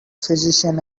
physician